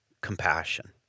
compassion